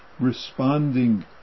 responding